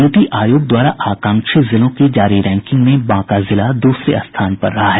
नीति आयोग द्वारा आकांक्षी जिलों की जारी रैंकिंग में बांका जिला दूसरे स्थान पर रहा है